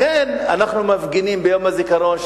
לכן אנחנו מפגינים ביום הזיכרון,